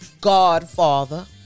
Godfather